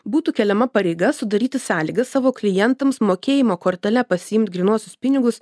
būtų keliama pareiga sudaryti sąlygas savo klientams mokėjimo kortele pasiimt grynuosius pinigus